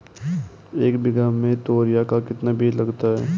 एक बीघा में तोरियां का कितना बीज लगता है?